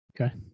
Okay